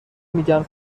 میگن